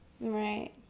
Right